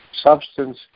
substance